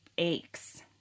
aches